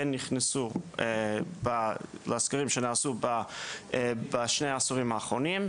נכנסו לסקרים שנעשו בשני העשורים האחרונים,